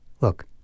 look